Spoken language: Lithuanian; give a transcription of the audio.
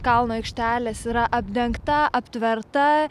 kalno aikštelės yra apdengta aptverta